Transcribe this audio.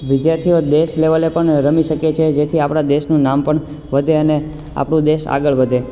વિદ્યાર્થીઓ દેશ લેવલે પણ રમી શકે છે જેથી આપણા દેશનું નામ પણ વધે અને આપણો દેશ આગળ વધે